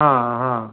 हा हा